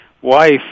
wife